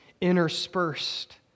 interspersed